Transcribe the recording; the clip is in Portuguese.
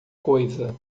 coisa